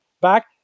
back